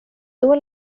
dua